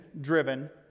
driven